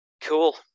Cool